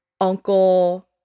uncle